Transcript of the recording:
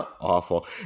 Awful